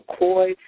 McCoy